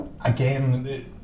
again